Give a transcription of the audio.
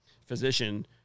physician